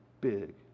big